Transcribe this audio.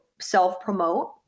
self-promote